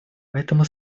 поэтому